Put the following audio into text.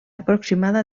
aproximada